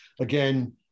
Again